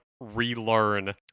relearn